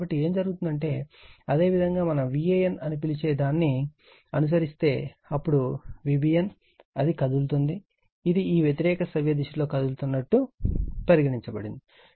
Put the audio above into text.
కాబట్టి ఏమి జరుగుతుందంటే అదేవిధంగా మనం Van అని పిలిచేదాన్ని అనుసరిస్తే అప్పుడు Vbn అది కదులుతోంది ఇది ఈ వ్యతిరేక సవ్యదిశలో కదులుతున్నట్లు పరిగణించబడింది